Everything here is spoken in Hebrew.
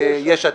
נציג יש עתיד.